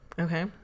Okay